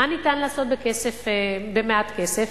מה ניתן לעשות במעט כסף?